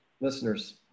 listeners